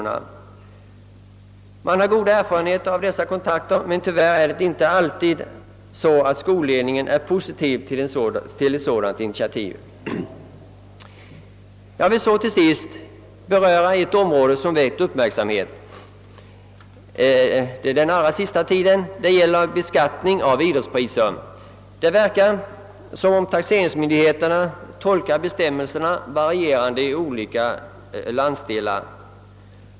Man har i många fall goda erfarenheter av dessa kontakter, men tyvärr är det inte alltid så att skolledningen är positiv till ett sådant initiativ. Jag vill till sist beröra ett område som väckt uppmärksamhet den senaste tiden, nämligen beskattning av idrottspriser. Det verkar som om taxeringsmyndigheternas tolkning av bestämmelserna varierar i olika landsdelar.